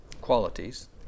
qualities